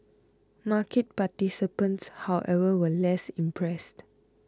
market participants however were less impressed